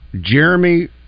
Jeremy